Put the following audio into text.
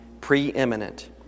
preeminent